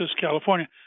California